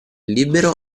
libero